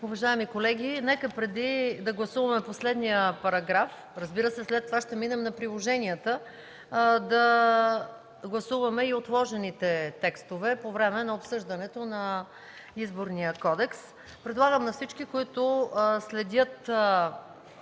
Уважаеми колеги, нека преди да гласуваме последния параграф, разбира се, след това ще минем на приложенията, да гласуваме и отложените текстове по време на обсъждането на Изборния кодекс. Предлагам на всички, които следят